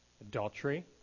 adultery